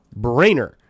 brainer